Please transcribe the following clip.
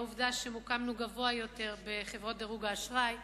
עובדה שמוקמנו גבוה יותר בחברות דירוג האשראי.